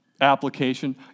application